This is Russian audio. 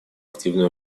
активное